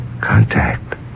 contact